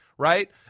right